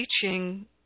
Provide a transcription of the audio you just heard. teaching